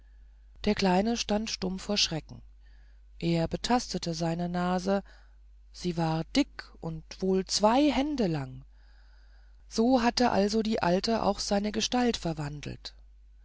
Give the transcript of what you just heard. der kleine stand stumm vor schrecken er betastete seine nase sie war dick und wohl zwei hände lang so hatte also die alte auch seine gestalt verwandelt